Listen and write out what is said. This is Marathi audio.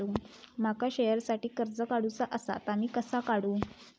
माका शेअरसाठी कर्ज काढूचा असा ता मी कसा काढू?